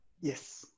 Yes